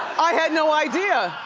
i had no idea!